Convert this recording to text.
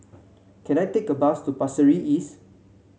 can I take a bus to Pasir Ris East